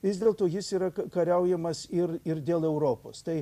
vis dėlto jis yra kariaujamas ir ir dėl europos tai